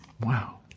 Wow